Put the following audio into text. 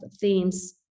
themes